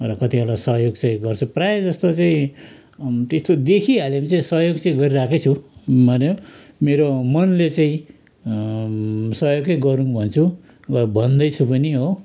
र कतिलाई सहयोग चाहिँ गर्छु प्रायः जस्तो चाहिँ त्यस्तो देखिहाल्यो भने चाहिँ सहयोग चाहिँ गरिरहेकै छु मैले मेरो मनले चाहिँ सहयोगै गरौँ भन्छु भन्दैछु पनि हो